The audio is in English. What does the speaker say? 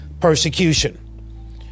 persecution